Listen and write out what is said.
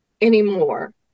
anymore